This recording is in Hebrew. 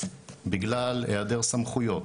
בגלל היעדר סמכויות,